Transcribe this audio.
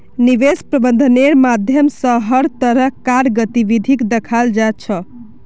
निवेश प्रबन्धनेर माध्यम स हर तरह कार गतिविधिक दखाल जा छ